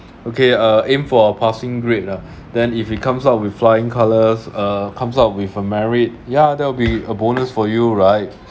okay uh aim for a passing grade ah then if it comes out with flying colours uh comes out with a merit ya that will be a bonus for you right